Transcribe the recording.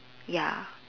ya